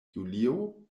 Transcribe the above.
julio